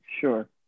sure